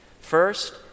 First